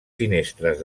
finestres